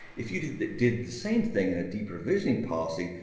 if you did the did the same thing in a deprovisioning policy,